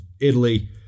Italy